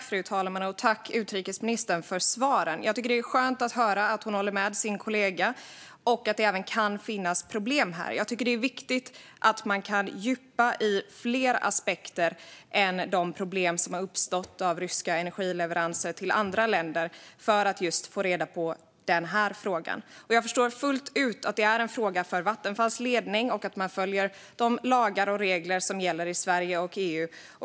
Fru talman! Tack, utrikesministern, för svaren! Jag tycker att det är skönt att höra att ministern håller med sin kollega och att det kan finnas problem här. Jag tycker att det är viktigt att fördjupa sig i fler aspekter än de problem som har uppstått när det gäller ryska energileveranser till andra länder för att reda ut just denna fråga. Jag förstår fullt ut att det är en fråga för Vattenfalls ledning och att man följer de lagar och regler som gäller i Sverige och EU.